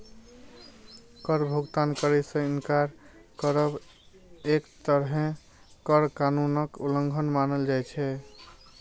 कर भुगतान करै सं इनकार करब एक तरहें कर कानूनक उल्लंघन मानल जाइ छै